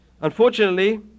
Unfortunately